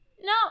No